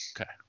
Okay